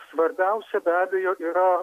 svarbiausia be abejo yra